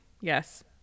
Yes